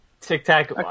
Tic-tac